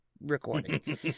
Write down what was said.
recording